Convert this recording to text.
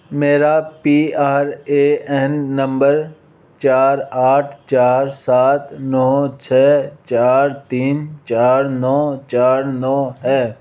मेरा P R A N नंबर चार आठ चार सात नौ छ चार तीन चार नौ चार नौ है